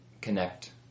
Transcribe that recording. connect